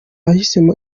ahisemo